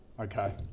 Okay